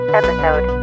episode